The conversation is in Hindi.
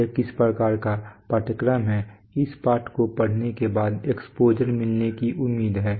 यह किस प्रकार का पाठ्यक्रम है इस पाठ को पढ़ने के बाद एक्सपोजर मिलने की उम्मीद है